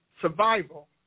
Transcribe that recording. survival